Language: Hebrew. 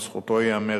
לזכותו ייאמר,